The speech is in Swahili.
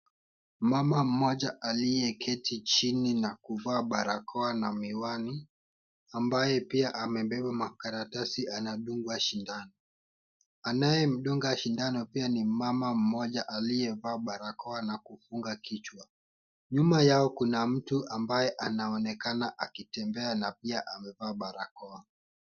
Mama mmoja aliyeketi chini na kuvaa barakoa na miwani, ambaye pia amebeba makaratasi anadungwa sindano. Anayemdunga sindano pia ni mama mmoja aliyevaa barakoa na kufunga kichwa. Nyuma yao kuna mtu ambaye anaonekana akitembea na pia amevaa barakoa.